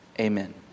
Amen